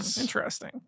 Interesting